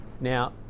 Now